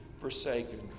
forsaken